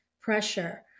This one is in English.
pressure